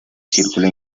círculo